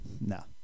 No